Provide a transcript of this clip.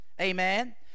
amen